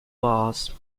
bars